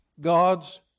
God's